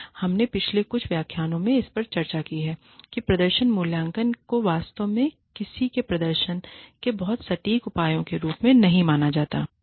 इसलिए हमने पिछले कुछ व्याख्यानों में इस पर चर्चा की है कि प्रदर्शन मूल्यांकन को वास्तव में किसी के प्रदर्शन के बहुत सटीक उपायों के रूप में नहीं माना जाता है